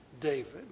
David